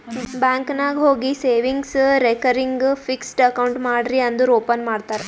bank ನಾಗ್ ಹೋಗಿ savings, recurring, fixed account ಮಾಡ್ರಿ ಅಂದುರ್ ಓಪನ್ ಮಾಡ್ತಾರ್